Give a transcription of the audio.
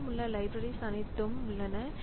நம்மிடம் உள்ள லைப்ரரிஸ் அனைத்தும் உள்ளன